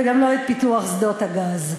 וגם לא את פיתוח שדות הגז.